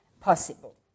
possible